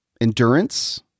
endurance